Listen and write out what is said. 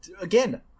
Again